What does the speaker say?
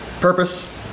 purpose